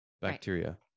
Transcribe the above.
bacteria